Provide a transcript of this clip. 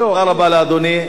תודה רבה לאדוני.